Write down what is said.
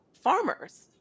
farmers